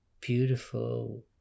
Beautiful